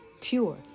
pure